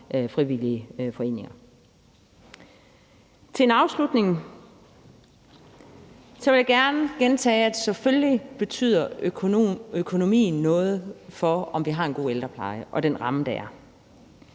frivillige foreninger. Til en afslutning vil jeg gerne gentage, at selvfølgelig betyder økonomien noget for, om vi har en god ældrepleje, og den ramme, der er.